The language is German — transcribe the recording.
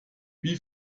wie